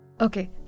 Okay